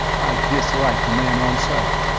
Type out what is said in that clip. i disliked the man on sight.